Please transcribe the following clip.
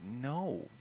no